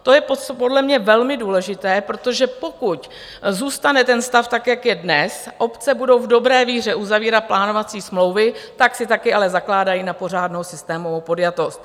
To je podle mě velmi důležité, protože pokud zůstane stav tak, jak je dnes, obce budou v dobré víře uzavírat plánovací smlouvy, tak si taky ale zakládají na pořádnou systémovou podjatost.